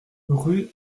rue